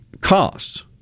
costs